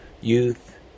youth